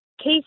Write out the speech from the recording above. Case